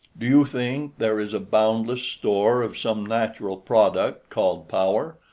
do you think there is a boundless store of some natural product called power,